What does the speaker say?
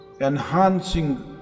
enhancing